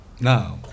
Now